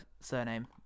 surname